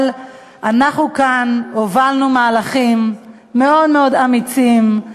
אבל אנחנו כאן הובלנו מהלכים מאוד מאוד אמיצים.